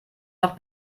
noch